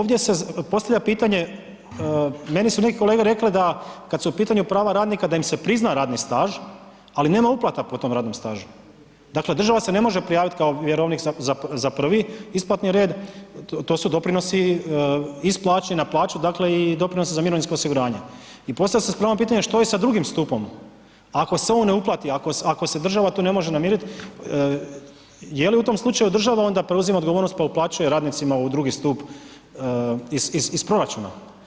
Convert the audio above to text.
Ovdje se, ovdje se postavlja pitanje, meni su neki kolege rekle da kad su u pitanju prava radnika da im se prizna radni staž, ali nema uplata po tom radnom stažu, dakle država se ne može prijavit kao vjerovnik za prvi isplatni red, to su doprinosi iz plaće i na plaću, dakle i doprinosi za mirovinsko osiguranje i postavlja se s pravom pitanje što je sa drugim stupom ako se on ne uplati, ako se država tu ne može namirit, je li u tom slučaju država onda preuzima odgovornost, pa uplaćuje radnicima u drugi stup iz, iz, iz proračuna?